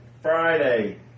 friday